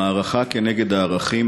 המערכה נגד הערכים,